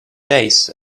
days